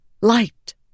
light